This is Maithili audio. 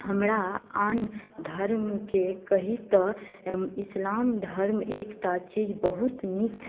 हमरा आन धर्मके कही तऽ इस्लाम धर्म एकटा चीज बहुत नीक